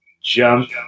jump